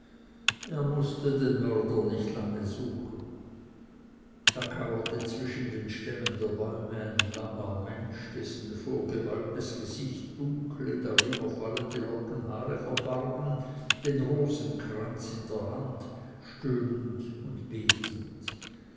er mußte den mörder nicht lange suchen da kauerte zwischen den stämmen der bäume ein langer mensch dessen vorgebeugtes gesicht dunkle darüberfallende lockenhaare verbargen den rosenkranz in der hand stöhnend und betend